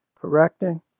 correcting